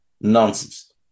Nonsense